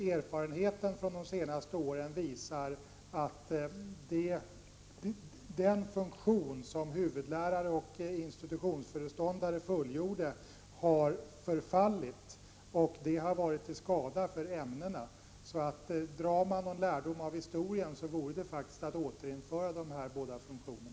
Erfarenheterna från de senaste åren visar att den funktion som huvudläraren och institutionsföreståndaren fullgjorde har förfallit. Det har varit till skada för ämnena. Vill man dra någon lärdom av historien vore det faktiskt att man bör återinföra dessa båda funktioner.